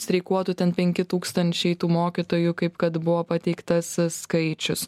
streikuotų ten penki tūkstančiai tų mokytojų kaip kad buvo pateiktas skaičius